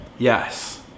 Yes